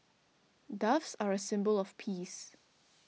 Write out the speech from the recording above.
doves are a symbol of peace